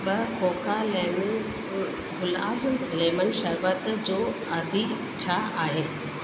ॿ खोखा लेमन गुलाब्स लेमन शरबत जो अघु छा आहे